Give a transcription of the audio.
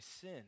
sin